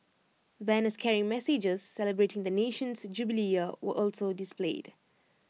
banners carrying messages celebrating the nation's jubilee year were also displayed